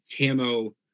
camo